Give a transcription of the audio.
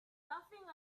laughing